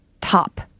Top